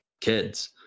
kids